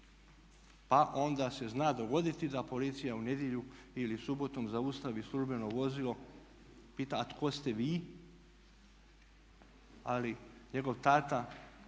pa onda se zna dogoditi da policija u nedjelju ili subotom zaustavi službeno vozilo, pita a tko ste vi. Ali njegov tata